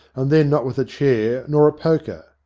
and then not with a chair nor a poker.